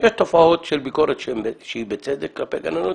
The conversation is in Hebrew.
יש תופעות של ביקורת שהיא בצדק כלפי גננות.